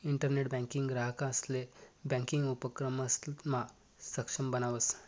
internet banking ग्राहकंसले banking उपक्रमसमा सक्षम बनावस